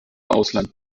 ausland